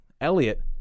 Elliot